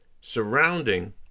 surrounding